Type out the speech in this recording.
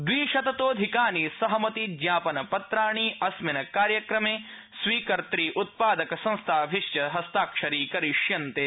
द्विशततोधिकानि सहमतिज्ञापन पत्राणि अस्मिन् स्वीकर्तृ उत्पादकसंस्थाभिः हस्ताक्षरीकरिष्यन्ते